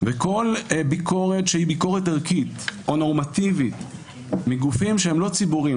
וכל ביקורת שהיא ביקורת ערכית או נורמטיבית מגופים שהם לא ציבוריים,